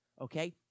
Okay